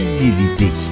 fidélité